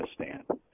Afghanistan